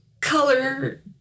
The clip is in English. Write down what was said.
color